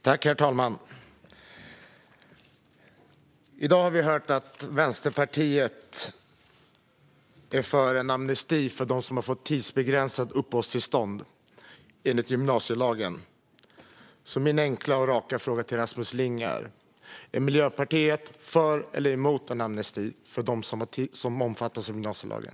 Herr talman! I dag har vi hört att Vänsterpartiet är för en amnesti för dem som har fått tidsbegränsat uppehållstillstånd enligt gymnasielagen. Min enkla och raka fråga till Rasmus Ling blir därför: Är Miljöpartiet för eller emot en amnesti för dem som omfattas av gymnasielagen?